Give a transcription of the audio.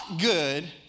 good